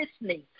listening